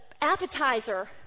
appetizer